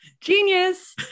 Genius